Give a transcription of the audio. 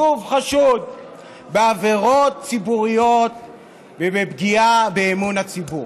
שוב חשוד בעבירות ציבוריות ובפגיעה באמון הציבור.